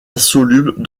insolubles